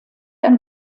ein